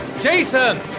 Jason